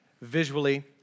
visually